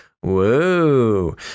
Whoa